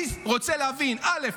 אני רוצה להבין: א.